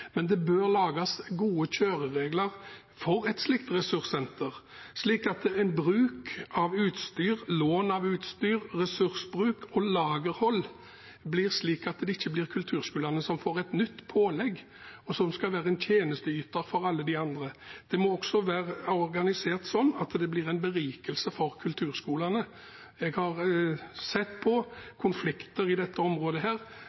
Men det bør lages gode kjøreregler for et slikt ressurssenter, slik at bruk og lån av utstyr, ressursbruk og lagerhold blir slik at det ikke blir kulturskolene som får et nytt pålegg, og skal være en tjenesteyter for alle de andre. Det må være organisert slik at det blir en berikelse for kulturskolene. Jeg har sett konflikter på dette området,